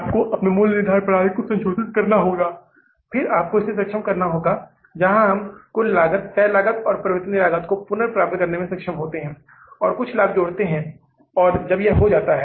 आपको अपने मूल्य निर्धारण प्रणाली को संशोधित करना होगा फिर आपको इसे सक्षम करना होगा जहां हम कुल लागत तय लागत और परिवर्तनीय लागत को पुनर्प्राप्त करने में सक्षम होते हैं और कुछ लाभ जोड़ते हैं और जब यह हो जाता है